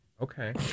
Okay